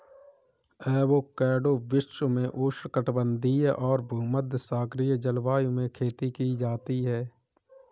avocado विश्व में उष्णकटिबंधीय और भूमध्यसागरीय जलवायु में खेती की जाती है